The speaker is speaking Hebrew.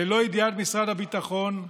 ללא ידיעת משרד הביטחון,